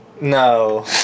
No